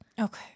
Okay